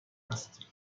است